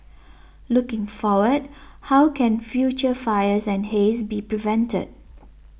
looking forward how can future fires and haze be prevented